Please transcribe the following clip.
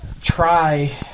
try